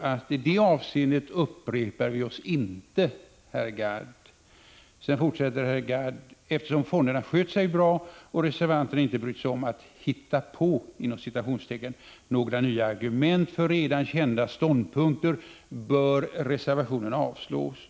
I det avseendet upprepar vi oss inte, herr Gadd. ”Eftersom fonderna sköter sig bra och reservanterna inte brytt sig om att ”hitta på” några nya argument för redan kända ståndpunkter bör reservationen avslås.